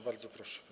Bardzo proszę.